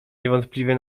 niewątpliwie